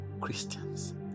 Christians